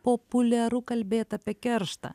populiaru kalbėt apie kerštą